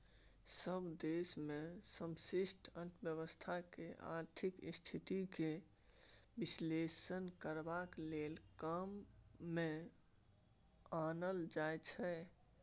सभ देश मे समष्टि अर्थशास्त्र केँ आर्थिक स्थिति केर बिश्लेषण करबाक लेल काम मे आनल जाइ छै